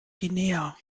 guinea